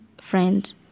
friend